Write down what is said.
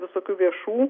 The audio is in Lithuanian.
visokių viešų